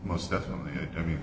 most definitely i mean